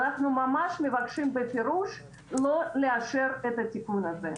אנחנו ממש מבקשים בפירוש לא לאשר את התיקון הזה.